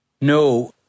No